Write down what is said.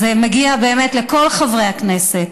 זה מגיע באמת לכל חברי הכנסת,